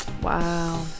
Wow